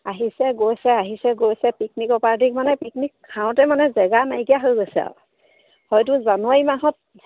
আহিছে গৈছে আহিছে গৈছে পিকনিকৰ পাৰ্টিক মানে পিকনিক খাওঁতে মানে জেগা নাইকিয়া হৈ গৈছে আৰু হয়তো জানুৱাৰী মাহত